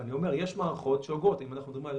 וככל שאנחנו -- איך דואגים לזה?